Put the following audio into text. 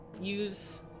use